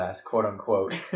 quote-unquote